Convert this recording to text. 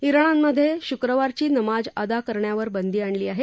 तोणमधे शुक्रवारची नमाज अदा करण्यावर बंदी आणली आहे